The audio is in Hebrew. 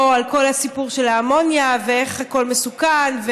על כל הסיפור של האמוניה ואיך הכול מסוכן,